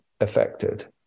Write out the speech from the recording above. affected